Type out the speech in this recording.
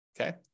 okay